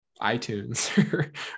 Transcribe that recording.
iTunes